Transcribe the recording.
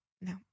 no